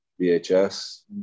vhs